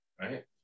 right